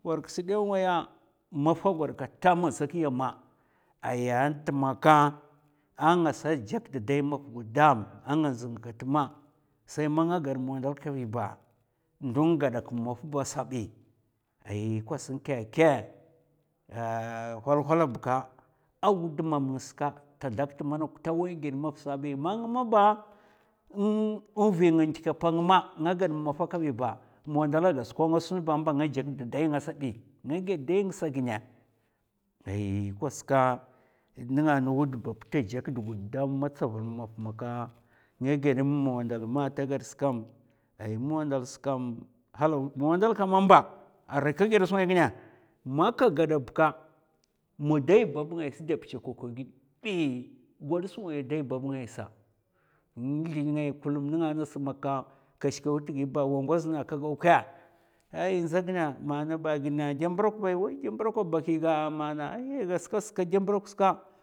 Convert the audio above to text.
War ksa ɗèu ngaya mafa gwad kata a matsakiya ma, ay ant maka a ngasa jakd dai maf gudam a nga ɗznga kat ma sai man nga gad mwadal kabi ba ndon gadak mu maf ba asa bi, ay nkwas kèkè ahh nhwal hwala bka a wud mam ngsa ka ta zlak ta manok ta wai ghèd maf sa bi man nga maba in vi nga in ndikapa ngma nga gad mu maf kabi ba mu wandala gas ko nga sun ba a mba ngajè da dai nga sabi, nga ghèd dai ngsa gina ay kwaska nga na wud bab ta jèk da gudam a tsaval mu maf maka nga ghèd mum mu wandal mè ata gad skam ai mu wandal skma, halaw mu wandala a mba arai kè ghèd sungai gina maka gada bka mu dai bab ngaisa da pchèkwaka ghid bi gwad sungaya a dai bab ngai sa nzlèn ngai kullum nènga ngatis maka, shikaw tgi ba wa ngoz nga ka gawkè ai è ndza gina mèna ghidna wai ndè mbruk ba è waindè mbruk bakiga ana ai gas kadɓ mbruk ska.